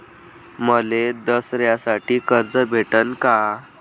मले दसऱ्यासाठी कर्ज भेटन का?